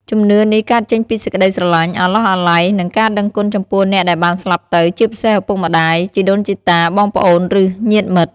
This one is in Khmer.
ជំនឿនេះកើតចេញពីសេចក្តីស្រឡាញ់ អាឡោះអាល័យ និងការដឹងគុណចំពោះអ្នកដែលបានស្លាប់ទៅ ជាពិសេសឪពុកម្តាយ ជីដូនជីតា បងប្អូន ឬញាតិមិត្ត។